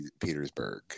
Petersburg